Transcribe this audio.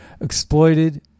exploited